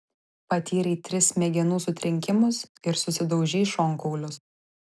patyrei tris smegenų sutrenkimus ir susidaužei šonkaulius